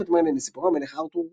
את מרלין לסיפורי המלך ארתור וקודמיו.